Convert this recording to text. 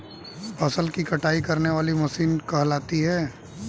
फसल की कटाई करने वाली मशीन कहलाती है?